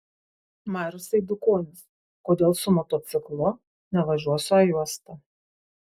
marius eidukonis kodėl su motociklu nevažiuosiu a juosta